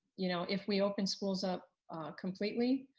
you know if we open schools up completely,